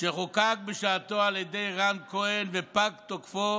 שחוקק בשעתו על ידי רן כהן ופג תוקפו